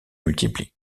multiplient